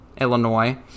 Illinois